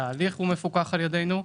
התהליך מפוקח על ידנו,